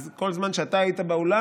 אז כל זמן שאתה היית באולם,